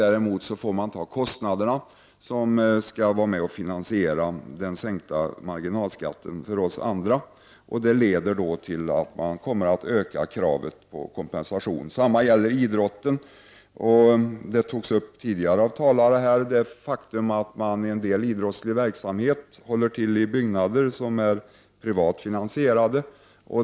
Däremot får man bära de kostnader som skall bidra till att finansiera sänkningen för oss andra. Detta leder då till att kraven på kompensation kommer att öka. Detsamma gäller för idrotten. Tidigare talare har tagit upp det faktum att man i en del idrottslig verksamhet håller till i byggnader som är privatfinansierade.